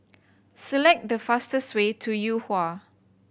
select the fastest way to Yuhua